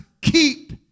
Keep